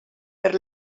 per